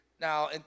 Now